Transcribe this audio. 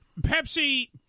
Pepsi